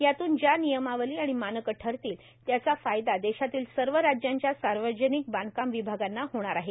यातून ज्या नियमावली आणि मानके ठरतील त्याचा फायदा देशातील सर्व राज्यांच्या सार्वजनिक बांधकाम विभागांना होणार आहे